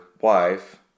wife